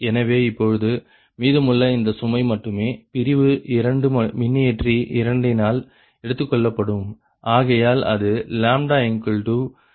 எனவே இப்பொழுது மீதமுள்ள இந்த சுமை மட்டுமே பிரிவு இரண்டு மின்னியற்றி இரண்டினால் எடுத்துக்கொள்ளப்படும் ஆகையால் அது 73